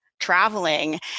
Traveling